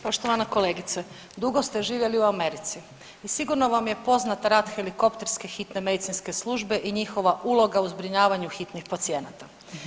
Poštovana kolegice dugo ste živjeli u Americi i sigurno vam je poznat rad helikopterske hitne medicinske službe i njihova uloga u zbrinjavanju hitnih pacijenata.